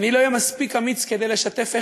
אם אני לא אהיה מספיק אמיץ כדי לשתף,